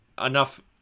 enough